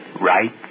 right